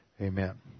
Amen